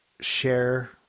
share